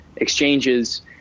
exchanges